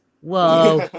whoa